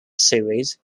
series